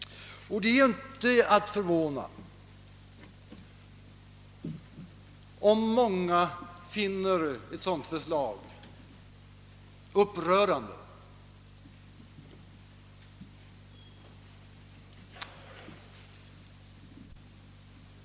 Det är inte att förvåna, om många finner ett sådant förslag upprörande.